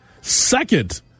Second